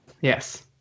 Yes